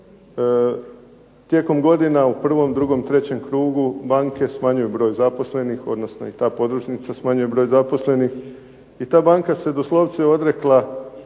Tijekom godina u prvom, drugom, trećem krugu banke smanjuju broj zaposlenih, odnosno i ta podružnica smanjuje broj zaposlenih i ta banka se doslovce odrekla